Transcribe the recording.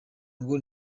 ngo